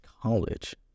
college